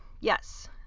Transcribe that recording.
Yes